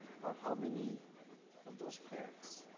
but how many of those hairs